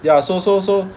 ya so so so